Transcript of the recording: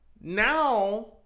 now